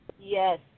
Yes